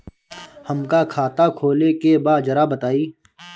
हमका खाता खोले के बा जरा बताई?